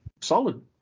solid